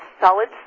solid